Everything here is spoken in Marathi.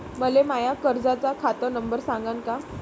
मले माया कर्जाचा खात नंबर सांगान का?